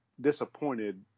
disappointed